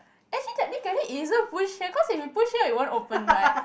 actually that technically isn't push here cause if you push here it won't open right